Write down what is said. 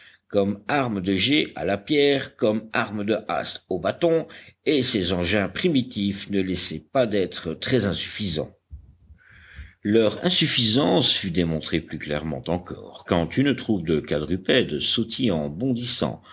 comme armes de jet à la pierre comme armes de hast au bâton et ces engins primitifs ne laissaient pas d'être très insuffisants leur insuffisance fut démontrée plus clairement encore quand une troupe de quadrupèdes sautillant bondissant